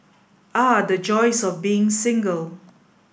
ah the joys of being single